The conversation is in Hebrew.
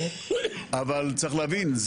אבל צריך להבין,